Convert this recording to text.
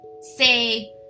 say